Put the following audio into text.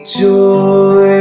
joy